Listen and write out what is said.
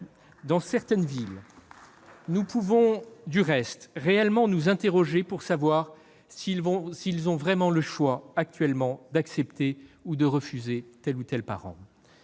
Dans certaines villes, nous pouvons du reste nous interroger pour savoir s'ils ont réellement le choix, actuellement, d'accepter ou de refuser tel ou tel parent.